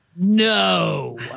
no